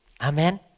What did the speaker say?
Amen